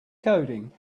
coding